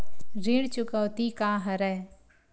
ऋण चुकौती का हरय?